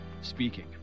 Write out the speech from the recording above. speaking